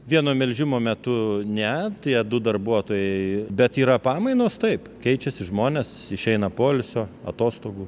vieno melžimo metu ne tie du darbuotojai bet yra pamainos taip keičiasi žmonės išeina poilsio atostogų